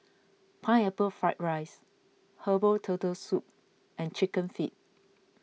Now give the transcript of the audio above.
Pineapple Fried Rice Herbal Turtle Soup and Chicken Feet